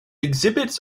exhibits